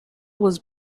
was